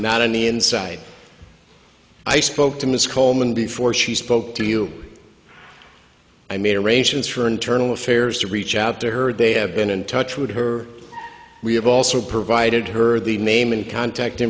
not only inside i spoke to miss coleman before she spoke to you i made arrangements for internal affairs to reach out to her they have been in touch with her we have also provided her the maimane contact